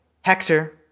Hector